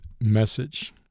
message